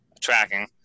tracking